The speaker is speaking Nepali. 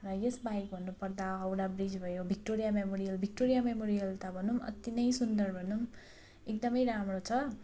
र यस बाहेक भन्नु पर्दा हावडा ब्रिज भयो भिक्टोरिया मेमोरियल भिक्टोरिया मेमोरियल त भनौँ अति नै सुन्दर भनौँ एकदम राम्रो छ